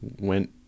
went